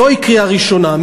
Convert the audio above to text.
זוהי קריאה ראשונה,